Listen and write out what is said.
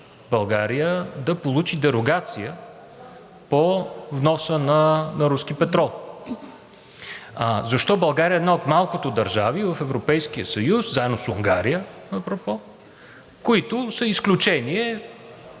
България да получи дерогация по вноса на руски петрол? Защо България е една от малкото държави в Европейския съюз, заедно с Унгария апропо, които са изключение